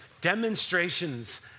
demonstrations